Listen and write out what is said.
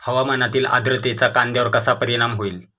हवामानातील आर्द्रतेचा कांद्यावर कसा परिणाम होईल?